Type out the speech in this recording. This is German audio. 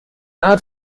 art